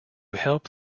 help